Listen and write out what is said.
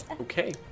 Okay